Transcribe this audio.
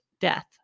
death